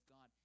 God